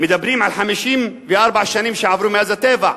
מדברים על 54 שנים שעברו מאז הטבח.